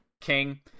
King